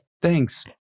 Thanks